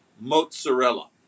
mozzarella